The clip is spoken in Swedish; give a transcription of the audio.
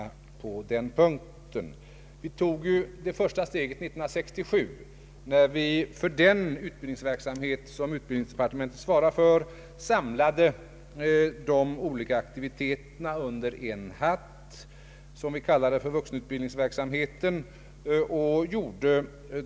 Vi tog det första steget på vuxenutbildningens område år 1967, när vi för den utbildningsverksamhet som utbildningsdepartementet svarar för samlade de olika aktiviteterna under en hatt, som vi kallade för vuxenutbildningsverksamhet.